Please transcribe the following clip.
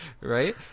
right